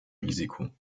risiko